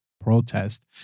protest